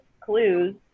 clues